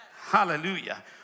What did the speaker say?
Hallelujah